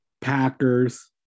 Packers